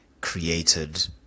created